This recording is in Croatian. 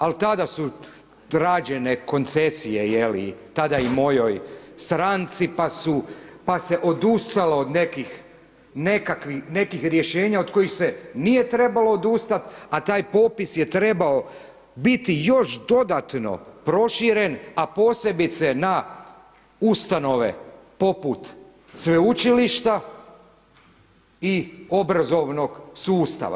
Ali tada su rađene koncesije tada i mojoj stranci, pa se odustalo od nekih rješenja od kojih se nije trebalo odustati, a taj popis je trebao biti još dodatno proširen, a posebice na ustanove poput sveučilišta i obrazovnog sustava.